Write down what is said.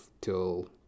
till